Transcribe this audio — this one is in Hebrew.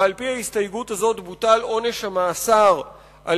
ועל-פי ההסתייגות הזאת בוטל עונש המאסר על